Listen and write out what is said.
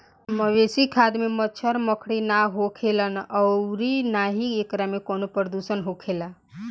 मवेशी खाद में मच्छड़, मक्खी ना होखेलन अउरी ना ही एकरा में कवनो प्रदुषण होखेला